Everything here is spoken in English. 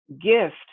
gift